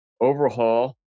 overhaul